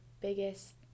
biggest